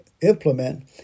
implement